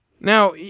Now